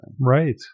right